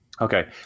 Okay